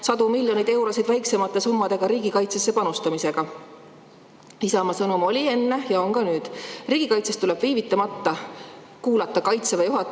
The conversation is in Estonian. sadu miljoneid eurosid väiksemates summades riigikaitsesse panustamisega. Isamaa sõnum oli enne ja on ka nüüd, et riigikaitses tuleb viivitamata kuulata Kaitseväe juhataja